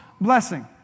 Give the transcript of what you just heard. blessing